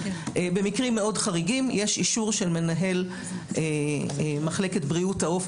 במקרים מאוד חריגים יש אישור של מנהל מחלקת בריאות העוף,